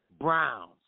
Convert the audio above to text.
Browns